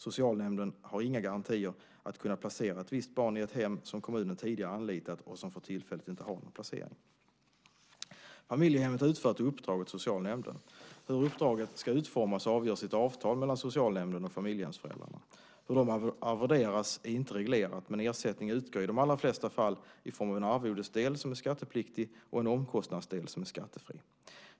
Socialnämnden har inga garantier att kunna placera ett visst barn i ett hem som kommunen tidigare anlitat och som för tillfället inte har någon placering. Familjehemmet utför ett uppdrag åt socialnämnden. Hur uppdraget ska utformas avgörs i ett avtal mellan socialnämnden och familjehemsföräldrarna. Hur de arvoderas är inte reglerat, men ersättning utgår i de allra flesta fall i form av en arvodesdel, som är skattepliktig, och en omkostnadsdel, som är skattefri.